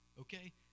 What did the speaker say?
okay